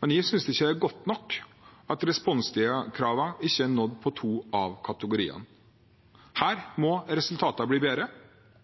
Men jeg synes ikke det er godt nok at responstidskravene ikke er nådd i to av kategoriene. Her må resultatene bli bedre,